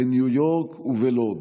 בניו יורק ובלוד,